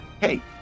hey